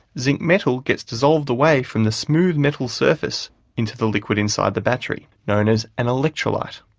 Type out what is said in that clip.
zinc metal gets dissolved away from the smooth metal surface into the liquid inside the battery, known as an electrolyte.